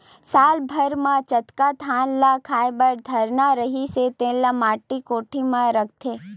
साल भर म जतका धान ल खाए बर धरना रहिथे तेन ल माटी कोठी म राखथे